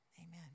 Amen